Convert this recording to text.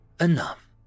enough